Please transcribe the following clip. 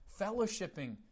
fellowshipping